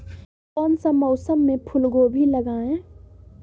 कौन सा मौसम में फूलगोभी लगाए?